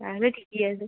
তাহলে ঠিকই আছে